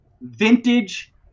vintage